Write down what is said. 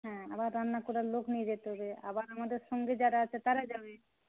হ্যাঁ আবার রান্না করার লোক নিয়ে যেতে হবে আবার আমাদের সঙ্গে যারা আছে তারা যাবে